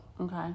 Okay